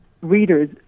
readers